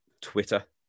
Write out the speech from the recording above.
Twitter